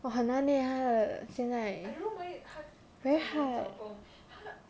!wah! 很难 eh 她的现在 very hard